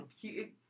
cute